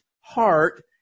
heart